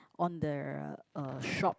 on the uh shop